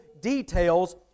details